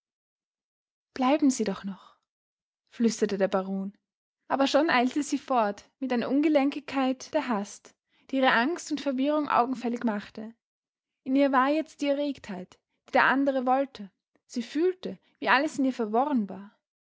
bleiben sie doch noch flüsterte der baron aber schon eilte sie fort mit einer ungelenkigkeit der hast die ihre angst und verwirrung augenfällig machte in ihr war jetzt die erregtheit die der andere wollte sie fühlte wie alles in ihr verworren war